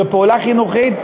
זו פעולה חינוכית,